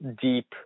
deep